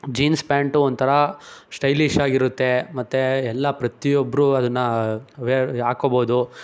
jeans pant ಒಂಥರ stylish ಆಗಿರುತ್ತೆ ಮತ್ತು ಎಲ್ಲ ಪ್ರತಿಯೊಬ್ಬರೂ ಅದನ್ನ ವೇರ್ ಹಾಕ್ಕೋಬೋದು